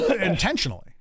intentionally